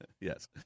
Yes